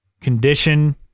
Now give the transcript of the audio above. condition